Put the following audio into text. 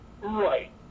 Right